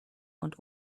und